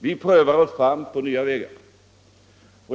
Vi prövar oss fram på nya vägar.